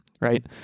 right